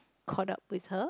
caught up with her